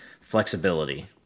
flexibility